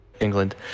england